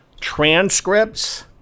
transcripts